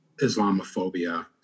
Islamophobia